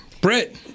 Brett